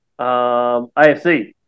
AFC